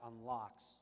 unlocks